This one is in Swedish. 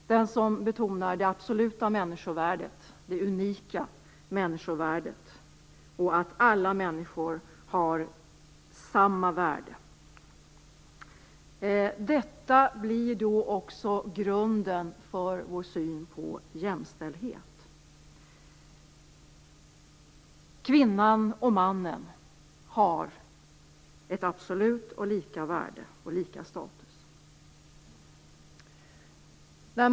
Den betonar det absoluta människovärdet, det unika människovärdet och att alla människor har samma värde. Detta blir också grunden för vår syn på jämställdhet. Kvinnan och mannen har ett absolut och lika värde och lika status.